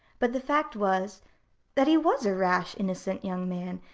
but the fact was that he was a rash, innocent young man,